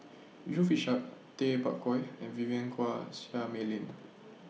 Yusof Ishak Tay Bak Koi and Vivien Quahe Seah Mei Lin